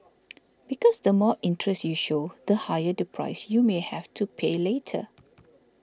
because the more interest you show the higher the price you may have to pay later